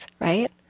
right